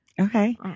Okay